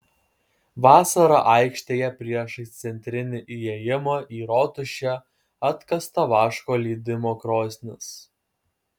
vasarą aikštėje priešais centrinį įėjimą į rotušę atkasta vaško lydymo krosnis